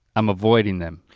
i'm avoiding them.